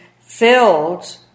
filled